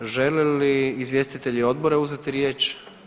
Žele li izvjestitelji odbora uzeti riječ?